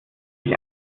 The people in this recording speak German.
sich